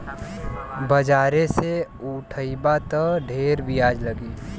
बाजारे से उठइबा त ढेर बियाज लगी